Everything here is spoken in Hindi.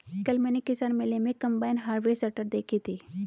कल मैंने किसान मेले में कम्बाइन हार्वेसटर देखी थी